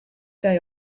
day